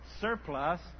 surplus